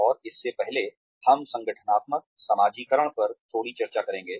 और इससे पहले हम संगठनात्मक समाजीकरण पर थोड़ी चर्चा करेंगे